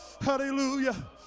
Hallelujah